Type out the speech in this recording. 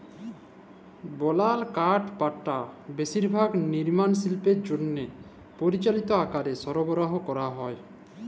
বলাল কাঠপাটা বেশিরভাগ লিরমাল শিল্পে লাইগে পরমালিত আকারে সরবরাহ ক্যরা হ্যয়